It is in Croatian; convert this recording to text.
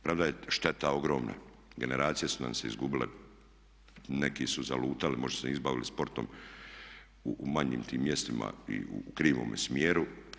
Premda je šteta ogromna, generacije su nam se izgubile, neki su zalutali, možda se nisu bavili sportom u manjim tim mjestima i u krivome smjeru.